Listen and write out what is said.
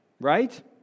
right